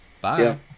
Bye